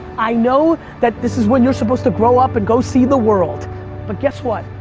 i know that this is when you're supposed to grow up and go see the world but guess what?